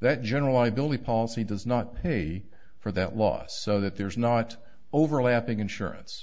that general i believe policy does not pay for that loss so that there's not overlapping insurance